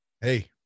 hey